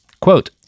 Quote